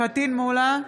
פטין מולא,